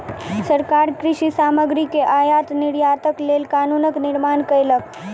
सरकार कृषि सामग्री के आयात निर्यातक लेल कानून निर्माण कयलक